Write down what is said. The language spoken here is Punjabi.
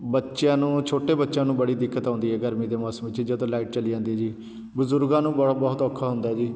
ਬੱਚਿਆਂ ਨੂੰ ਛੋਟੇ ਬੱਚਿਆਂ ਨੂੰ ਬੜੀ ਦਿੱਕਤ ਆਉਂਦੀ ਹੈ ਗਰਮੀ ਦੇ ਮੌਸਮ 'ਚ ਜਦੋਂ ਲਾਈਟ ਚਲੀ ਜਾਂਦੀ ਜੀ ਬਜ਼ੁਰਗਾਂ ਨੂੰ ਬੜ ਬਹੁਤ ਔਖਾ ਹੁੰਦਾ ਹੈ ਜੀ